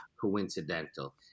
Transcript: coincidental